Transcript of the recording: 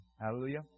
Hallelujah